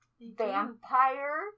Vampire